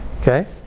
Okay